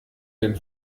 den